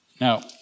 Now